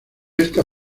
esta